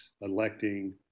electing